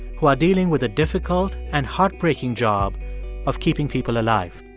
who are dealing with a difficult and heartbreaking job of keeping people alive